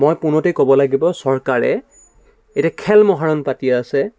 মই পুনতে ক'ব লাগিব চৰকাৰে এতিয়া খেল মহাৰণ পাতি আছে